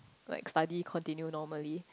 like study continue normally